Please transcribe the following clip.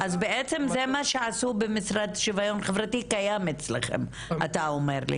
אז זה מה שעשו במשרד לשיוויון חברתי קיים אצלכם אתה אומר.